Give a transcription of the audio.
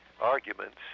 arguments